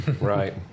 Right